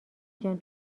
جان